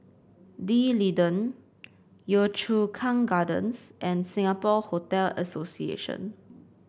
D'Leedon Yio Chu Kang Gardens and Singapore Hotel Association